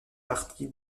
partie